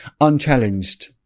unchallenged